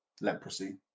leprosy